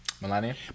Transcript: Melania